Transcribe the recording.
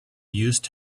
used